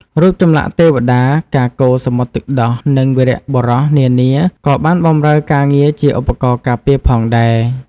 រូបចម្លាក់ទេវតា ការកូរសមុទ្រទឹកដោះ និងវីរបុរសនានាក៏បានបម្រើការងារជាឧបករណ៍ការពារផងដែរ។